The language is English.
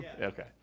okay